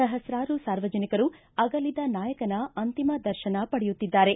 ಸಹಸ್ತಾರು ಸಾರ್ವಜನಿಕರು ಅಗಲಿದ ನಾಯಕನ ಅಂತಿಮ ದರ್ಶನ ಪಡೆಯುತ್ತಿದ್ದಾರೆ